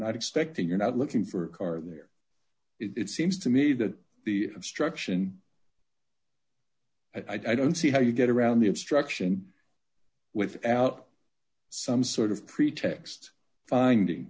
not expecting you're not looking for a car there it seems to me that the obstruction i don't see how you get around the obstruction without some sort of pretext finding